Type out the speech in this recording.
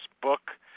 book